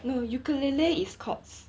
no ukulele is chords